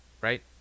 right